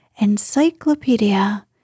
encyclopedia